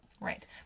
Right